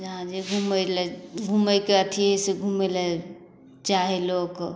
जहाँ जे घुमैलए घुमैके अथीसँ घुमैलए चाहै लोक